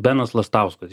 benas lastauskas